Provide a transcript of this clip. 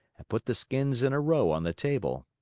and put the skins in a row on the table.